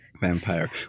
vampire